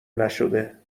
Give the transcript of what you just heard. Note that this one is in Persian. نشده